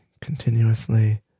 continuously